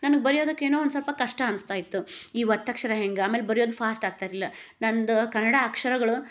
ನನಗೆ ಬರಿಯೋದಕ್ಕೆ ಏನೋ ಒಂದು ಸ್ವಲ್ಪ ಕಷ್ಟ ಅನ್ಸ್ತಾ ಇತ್ತು ಈ ಒತ್ತಕ್ಷರ ಹೆಂಗೆ ಆಮೇಲೆ ಬರಿಯೋದು ಫಾಸ್ಟ್ ಆಗ್ತಾಯಿರಲಿಲ್ಲ ನನ್ನದು ಕನ್ನಡ ಅಕ್ಷರಗಳು